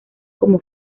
como